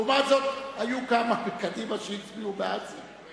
לעומת זאת, היו כמה בקדימה שהצביעו בעד זה.